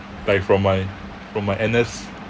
like from my from my N_S